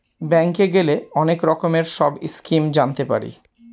ব্যাঙ্কে গেলে অনেক রকমের সব স্কিম জানতে পারি